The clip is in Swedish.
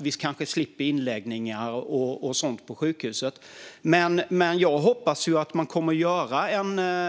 Vi kanske slipper inläggningar på sjukhus och sådant. Jag hoppas att man kommer att göra